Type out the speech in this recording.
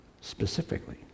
specifically